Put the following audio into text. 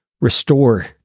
restore